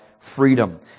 freedom